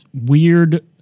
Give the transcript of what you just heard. weird